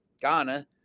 Ghana